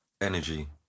Energy